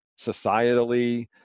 societally